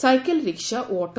cycle ରିକ୍ୱା ଓ ଅଟେ